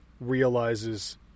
realizes